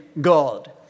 God